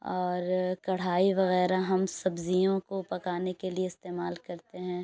اور کڑھائی وغیرہ ہم سبزیوں کو پکانے کے لیے استعمال کرتے ہیں